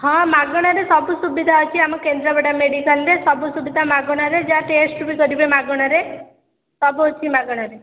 ହଁ ମାଗଣାରେ ସବୁ ସୁବିଧା ଅଛି ଆମ କେନ୍ଦ୍ରାପଡ଼ା ମେଡ଼ିକାଲ୍ରେ ସବୁ ସୁବିଧା ମାଗଣାରେ ଯାହା ଟେଷ୍ଟ୍ ବି କରିବେ ମାଗଣାରେ ସବୁ ଅଛି ମାଗଣାରେ